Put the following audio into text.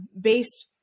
based